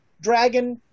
Dragon